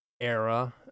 era